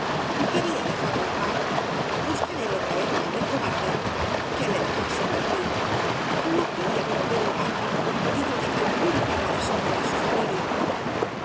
pegarle quería dejarlo en paz bascar él otra vez á aquel cobarde que le dejasen dormir no quería revolver el barro con peligro de hacer pública la deshonra de su familia